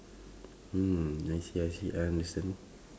mm I see I see understand